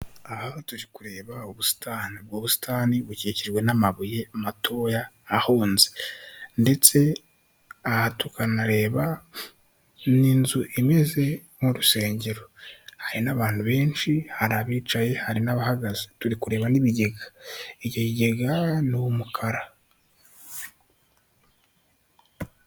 Aha turi kureba ubusitani, ubwo busitani bukikijwe n'amabuye matoya ahonze, ndetse aha tukanareba ni inzu imeze nk'urusengero, hari n'abantu benshi hari abicaye hari n'abahagaze turi kureba n'ibigega icyo kigega ni umukara.